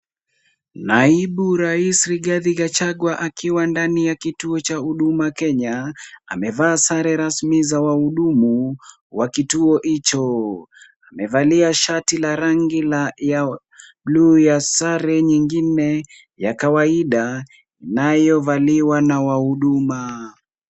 Naibu rais Rigathi Gachagua akiwa ndani ya kituo cha Huduma Kenya. Amevaa sare rasmi za wahudumu wa kituo hicho. Amevalia shati la rangi ya blue ya sare nyingine ya kawaida inayovaliwa na wahuduma.